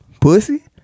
pussy